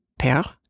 Père